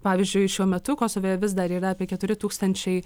pavyzdžiui šiuo metu kosove vis dar yra apie keturi tūkstančiai